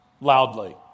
loudly